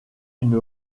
une